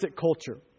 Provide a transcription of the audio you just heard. culture